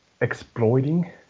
exploiting